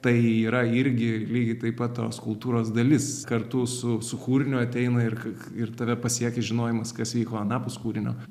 tai yra irgi lygiai taip pat tos kultūros dalis kartu su su kūriniu ateina ir k k ir tave pasiekia žinojimas kas vyko anapus kūrinio